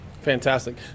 Fantastic